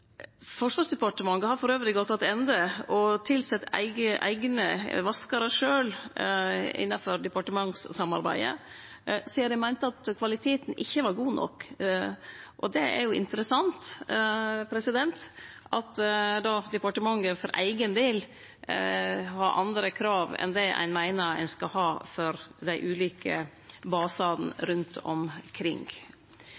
Forsvarsdepartementet har elles gått attende og tilsett eigne vaskarar sjølve innanfor departementssamarbeidet, sidan dei meinte at kvaliteten ikkje var god nok. Det er jo interessant at departementet for eigen del har andre krav enn det ein meiner ein skal ha for dei ulike basane